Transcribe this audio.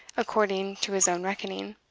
according to his own reckoning.